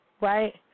right